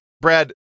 Brad